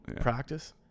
practice